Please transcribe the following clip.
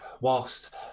whilst